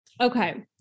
Okay